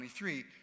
23